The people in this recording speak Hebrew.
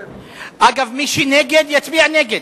אגב, מי שהוא נגד, שיצביע נגד.